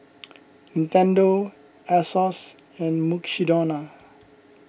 Nintendo Asos and Mukshidonna